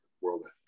world